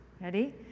Ready